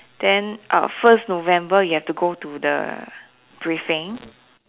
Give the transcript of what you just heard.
then err first november you have to go to the briefing